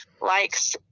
likes